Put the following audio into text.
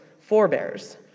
forebears